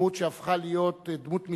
דמות שהפכה להיות דמות מיתולוגית,